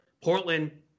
Portland